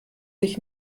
ich